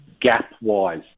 gap-wise